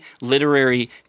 literary